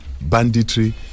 banditry